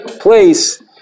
place